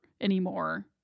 anymore